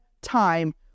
time